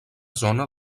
zona